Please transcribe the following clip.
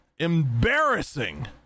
embarrassing